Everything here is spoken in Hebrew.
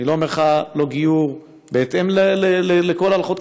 אני לא אומר לך לא גיור בהתאם לכל ההלכות,